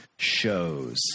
Shows